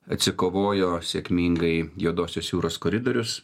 atsikovojo sėkmingai juodosios jūros koridorius